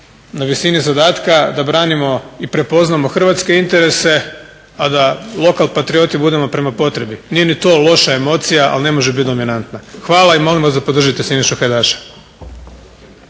na visini zadatka, da branimo i prepoznamo hrvatske interese, a da lokal patrioti budemo prema potrebi. Nije ni to loša emocija, ali ne može bit dominantna. Hvala i molim vas da podržite Sinišu Hajdaša.